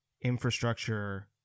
infrastructure